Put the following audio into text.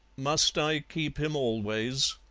must i keep him always?